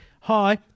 hi